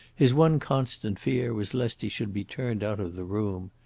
his one constant fear was lest he should be turned out of the room.